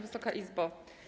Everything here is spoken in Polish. Wysoka Izbo!